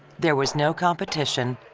there was no competition,